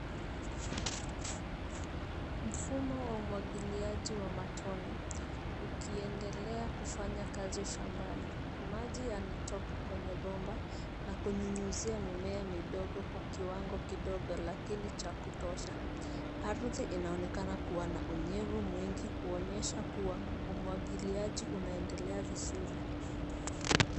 Mfumo wa umwagiliaji wa matone ukiendelea kufanya kazi shambani. Maji yanatoka kwenye bomba na kunyunyuzia mimea midogo kwa kiwango kidogo lakini cha kutosha. Ardhi inaonekana kuwa na unyevu mwingi, kuonyesha kuwa umwagiliaji unaendelea vizuri.